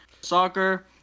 soccer